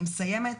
אני מסיימת.